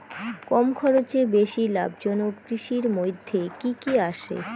কম খরচে বেশি লাভজনক কৃষির মইধ্যে কি কি আসে?